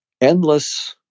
endless